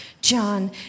John